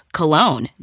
cologne